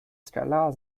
skalar